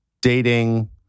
dating